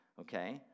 okay